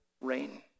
rain